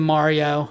Mario